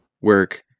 work